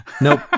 Nope